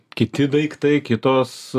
kiti daiktai kitos